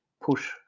push